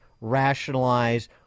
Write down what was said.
rationalize